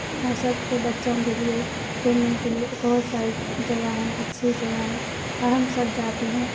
اور سب کے بچوں کے لیے کھیلنے کے لیے بہت ساری جگہ ہیں اچھی جگہ ہے اور ہم سب جاتے ہیں